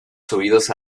subidos